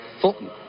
Fulton